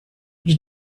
you